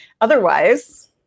Otherwise